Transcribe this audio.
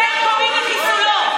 אתם קוראים לחיסולו.